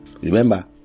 Remember